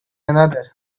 another